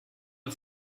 uns